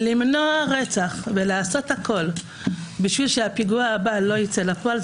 למנוע רצח ולעשות הכול כדי שהפיגוע הבא לא יצא לפועל,